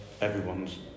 everyone's